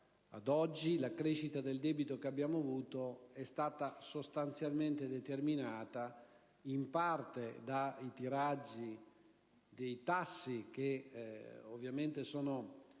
Ad oggi la crescita del debito che è intervenuta è stata sostanzialmente determinata in parte dai tiraggi dei tassi che, ovviamente, sono,